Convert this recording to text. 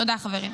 תודה, חברים.